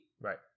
Right